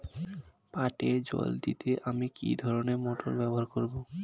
পাটে জল দিতে আমি কি ধরনের মোটর ব্যবহার করব?